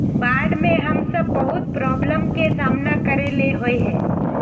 बाढ में हम सब बहुत प्रॉब्लम के सामना करे ले होय है?